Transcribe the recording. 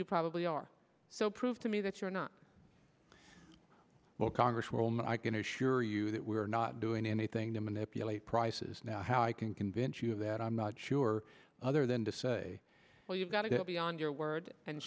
you probably are so prove to me that you are not well congresswoman i can assure you that we are not doing anything to manipulate prices now how i can convince you that i'm not sure other than to say well you've got to go beyond your word and